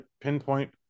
pinpoint